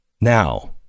Now